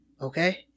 okay